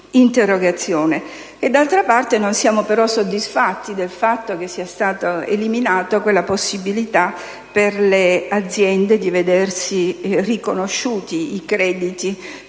D'altra parte, non siamo soddisfatti neanche del fatto che sia stata eliminata la possibilità per le aziende di vedersi riconosciuti i crediti